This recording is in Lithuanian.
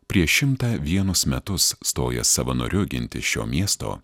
prieš šimtą vienus metus stojęs savanoriu ginti šio miesto